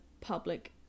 public